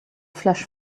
flash